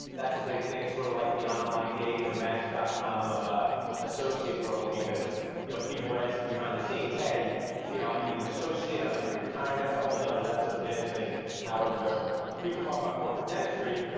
that's a big thing it's sort of like the online dating or mass comm of a associate world because you know people are asking behind the scenes hey you know i need an associate i might be retiring that's a whole nother that's so dentist thing howard where people talk about corporate dentistry.